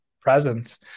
presence